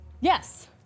Yes